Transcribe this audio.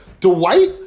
Dwight